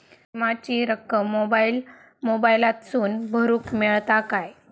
विमाची रक्कम मोबाईलातसून भरुक मेळता काय?